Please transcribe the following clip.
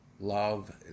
love